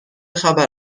خبر